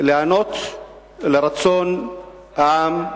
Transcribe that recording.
להיענות לרצון העם,